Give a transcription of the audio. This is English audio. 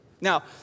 Now